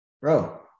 bro